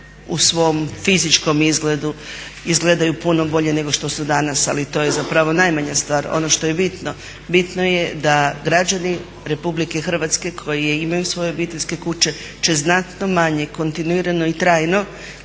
u svom fizičkom izgledu izgledaju puno bolje nego što su danas ali to je zapravo najmanja stvar. Ono što je bitno, bitno je da građani Republike Hrvatske koji imaju svoje obiteljske kuće će znatno manje, kontinuirano i trajno